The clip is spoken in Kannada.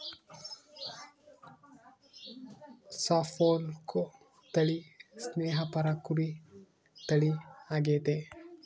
ಸಪೋಲ್ಕ್ ತಳಿ ಸ್ನೇಹಪರ ಕುರಿ ತಳಿ ಆಗೆತೆ